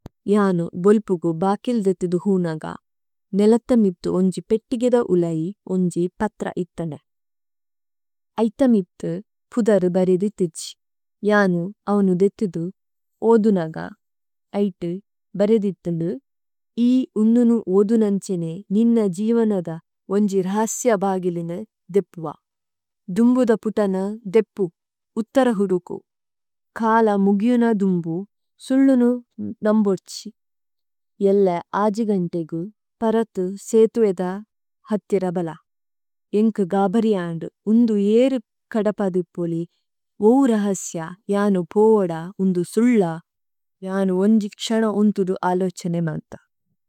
ജാന് ബോല്പുഗു ബകില്ദേതുദു ഹുനഗ, നേലതമിപ്തു ഓന്ജി പേത്തിഗിദ ഉലൈ ഓന്ജി പത്ര ഇത്തനേ। ഐതമിപ്തു പുദരു ബരേദിതിതിഛ്, ജാനു അവുനു ദേതുദു ഓദുനഗ, ഐതു ബരേദിതിതുലു। ഇ ഉനുനു ഓദുനന്ഛേനേ നിന ജിവനദ ഓന്ജി രഹസ്യ ബഗിലിനേ ദേപ്പുഅ। ദുമ്ബുദ പുതന ദേപ്പു, ഉത്തര ഹുദുകു, കല മുഗിഓന ദുമ്ബു, സുല്ലുനു നമ്ബോര്ഛി। ഏല്ലേ അജിഗന്തേഗു, പരതു സേതുഏദ ഹത്തി രബല। ഏന്കു ഗബരിഅന്ദു, ഉന്ദു ഏരി കദപദു പുലി, ഓഉ രഹസ്യ, ജാനു പൂദ, ഉന്ദു സുല്ല, ജാനു ഓന്ജി ക്സനു ഉന്തുദു അലോഛേനേമന്ത।